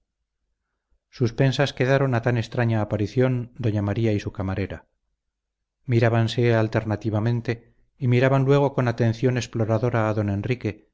suspensas quedaron a tan extraña aparición doña maría y su camarera mirábanse alternativamente y miraban luego con atención exploradora a don enrique